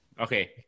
Okay